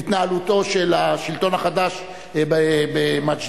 מהתנהלותו של השלטון החדש במג'ד-אל-כרום,